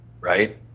right